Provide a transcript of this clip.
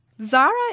Zara